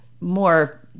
more